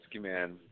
man